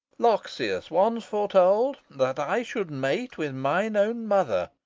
loxias once foretold that i should mate with mine own mother,